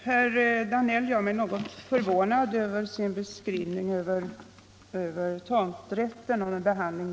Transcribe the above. Herr talman! Jag blev förvånad över herr Danells beskrivning av hur frågan om tomträtt behandlats.